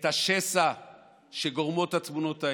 את השסע שגורמות התמונות האלה,